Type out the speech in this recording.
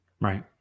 Right